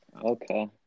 Okay